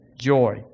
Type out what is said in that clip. joy